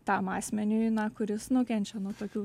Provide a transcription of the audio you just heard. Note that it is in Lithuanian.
tam asmeniui kuris nukenčia nuo tokių